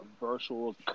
Virtual